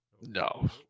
No